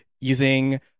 using